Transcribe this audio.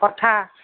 কঠা